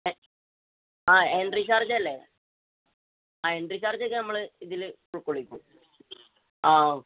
ആ എൻട്രി ചാർജല്ലേ ആ എൻട്രി ചാർജൊക്കെ നമ്മള് ഇതില് ഉൾക്കൊള്ളിക്കും ആ ഓ